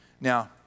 Now